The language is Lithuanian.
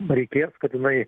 reikės kad jinai